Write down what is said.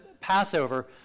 Passover